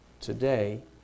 today